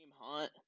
Hunt